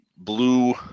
Blue